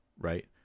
right